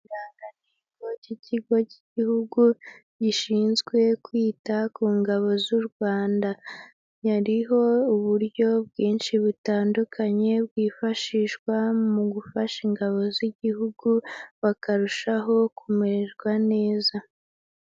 Ikirangantego cy'ikigo cy'igihugu gishinzwe kwita ku ngabo z'u Rwanda. Hariho uburyo bwinshi butandukanye bwifashishwa mu gufasha ingabo z'igihugu, bakarushaho kumererwa neza.